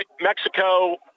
Mexico